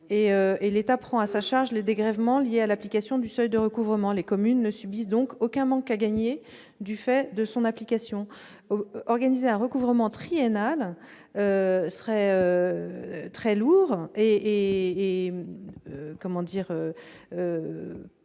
par ailleurs à sa charge les dégrèvements liés à l'application du seuil de recouvrement, si bien que les communes ne subissent aucun manque à gagner du fait de son application. Organiser un recouvrement triennal serait très lourd et ne me